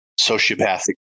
sociopathic